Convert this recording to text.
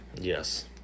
Yes